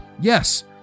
yes